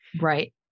Right